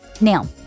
Now